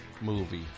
movie